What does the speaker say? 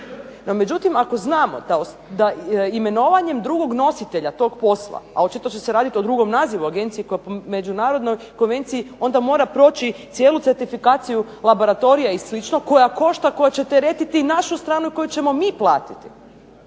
međutim ako znamo da imenovanjem drugog nositelja tog posla, a očito će se raditi o drugom nazivu agencije koja po Međunarodnoj konvenciji onda mora proći cijelu certifikaciju laboratorija i slično, koja košta, koja će teretiti i našu stranu i koju ćemo mi platiti.